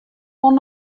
oan